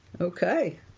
Okay